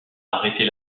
arrêter